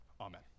Amen